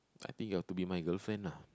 I think you have to be my girlfriend lah